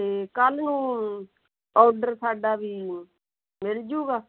ਅਤੇ ਕੱਲ੍ਹ ਨੂੰ ਓਰਡਰ ਸਾਡਾ ਵੀ ਮਿਲ ਜਾਊਗਾ